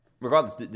regardless